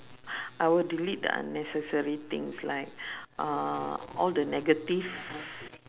I would delete the unnecessary things like uh all the negative